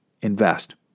invest